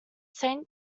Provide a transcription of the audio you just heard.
saint